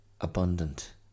abundant